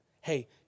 Hey